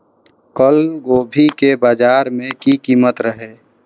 कल गोभी के बाजार में की कीमत रहे?